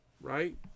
right